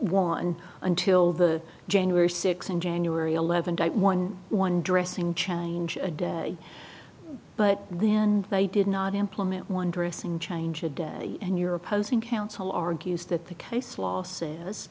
one until the january six in january eleventh one one dressing change a day but then they did not implement one dressing change a day and your opposing counsel argues that the case law says